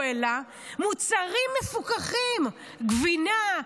הוא העלה מוצרים מפוקחים: גבינה,